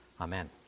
Amen